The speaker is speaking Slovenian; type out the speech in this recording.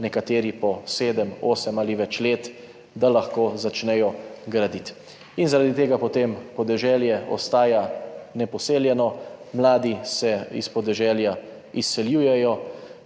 nekateri po sedem, osem ali več let, da lahko začnejo graditi. In zaradi tega potem podeželje ostaja neposeljeno, mladi se s podeželja izseljujejo,